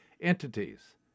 entities